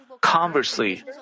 Conversely